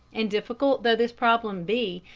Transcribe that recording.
and difficult though this problem be,